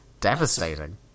Devastating